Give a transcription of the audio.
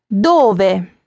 Dove